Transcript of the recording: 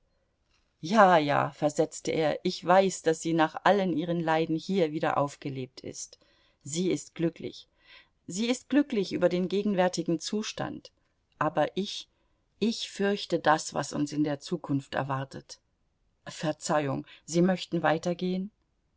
ja ja versetzte er ich weiß daß sie nach allen ihren leiden hier wieder aufgelebt ist sie ist glücklich sie ist glücklich über den gegenwärtigen zustand aber ich ich fürchte das was uns in der zukunft erwartet verzeihung sie möchten weitergehen